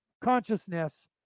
Consciousness